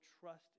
trust